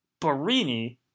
Barini